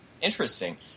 interesting